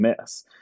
miss